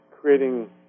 creating